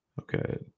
Okay